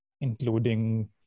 including